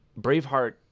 Braveheart